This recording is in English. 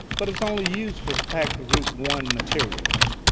but it's only used for packing group one materials.